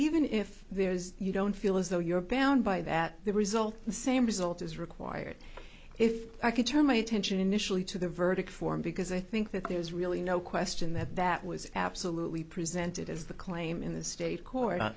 even if there is you don't feel as though you're bound by that the result the same result is required if i could turn my attention initially to the verdict form because i think that there is really no question that that was absolutely presented as the claim in the state court